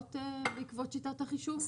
האגרות בעקבות שיטת החישוב?